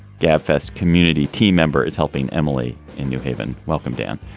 gabfests community team member is helping emily in new haven. welcome, dan.